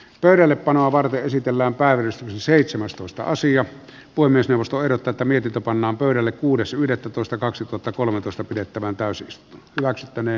pöydällepanoa varten esitellään päivän seitsemästoista asian voi myös investoida tätä mietitä pannaan pöydälle kuudes yhdettätoista kaksituhattakolmetoista pidettävän täysin istu braxtone